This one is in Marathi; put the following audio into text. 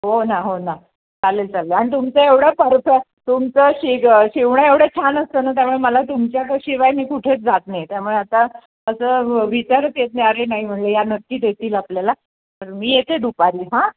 हो ना हो ना चालेल चालेल आणि तुमचं एवढं परफेक्ट तुमचं शिग शिवणं एवढं छान असतं ना त्यामुळे मला तुमच्याकडे शिवायला मी कुठेच जात नाही त्यामुळे आता असं विचारच येत नाही अरे म्हणलं या नक्की देतील आपल्याला तर मी येते दुपारी हां